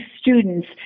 students